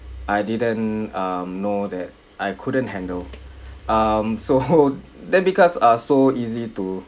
I didn't uh know that I couldn't handle um so debit cards are so easy to